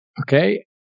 Okay